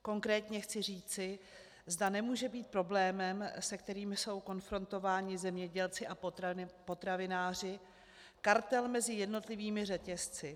Konkrétně chci říci, zda nemůže být problémem, se kterým jsou konfrontováni zemědělci a potravináři, kartel mezi jednotlivými řetězci.